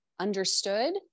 understood